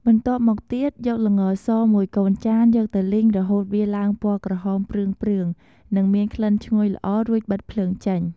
បន្ទាត់មកទៀតយកល្ងរសមួយកូនចានយកទៅលីងរហូតវាឡើងពណ៌ក្រហមព្រឿងៗនិងមានក្លិនឈ្ងុយល្អរួចបិទភ្លើងចេញ។